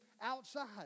outside